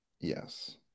yes